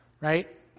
right